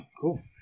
Cool